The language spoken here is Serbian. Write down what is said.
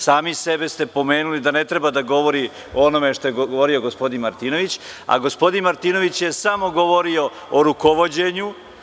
Sami sebe ste pomenuli, da ne treba da govori o onome što je govorio gospodin Martinović, a gospodin Martinović je samo govorio o rukovođenju.